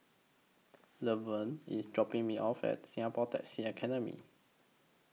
Lavern IS dropping Me off At Singapore Taxi Academy